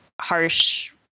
harsh